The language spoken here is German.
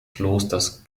klosters